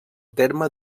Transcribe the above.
terme